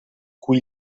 cui